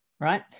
right